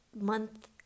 month